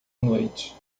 noite